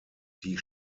die